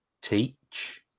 teach